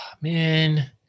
man